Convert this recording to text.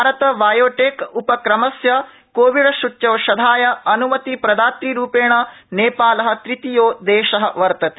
भारत बायोटैकोपक्रमस्य कोविड सूच्यौषधाय अन्मतिप्रदात्रूपेण नेपाल तृतीयो देश वर्तते